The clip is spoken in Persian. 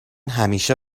همیشه